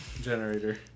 generator